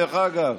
דרך אגב,